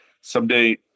someday